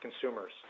consumers